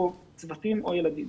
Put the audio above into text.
או צוותים או ילדים.